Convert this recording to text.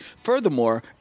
furthermore